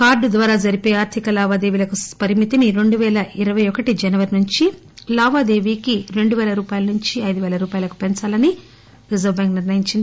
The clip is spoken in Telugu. కార్లు ద్వారా జరిపే ఆర్థిక లావాదేవీలకు పరిమితిని రెండు పేల ఇరపై ఒకటి జనవరి నుంచి లావాదేవీ కి రెండు పేల రూపాయల నుంచి అయిదు పేల రూపాయలకు పెంచాలని రిజర్వు ట్యాంకు నిర్ణయించింది